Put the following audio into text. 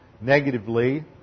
Negatively